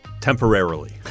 Temporarily